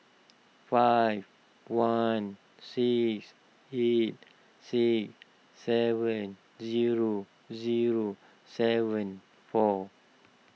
five one six eight six seven zero zero seven four